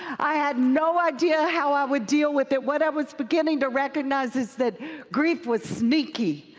i had no idea how i would deal with it. what i was beginning to recognize is that grief was sneaky.